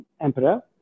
emperor